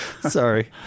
Sorry